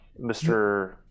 Mr